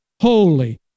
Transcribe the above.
holy